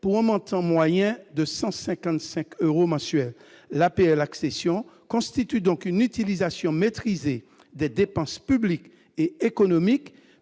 pour un montant moyen de 155 euros mensuels. L'APL-accession constitue donc un exemple d'utilisation maîtrisée des dépenses publiques et économiques,